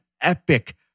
epic